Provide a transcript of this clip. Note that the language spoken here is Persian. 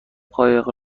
قایق